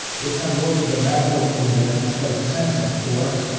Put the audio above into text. you can go to the battle, in the metaphoric sense, of course,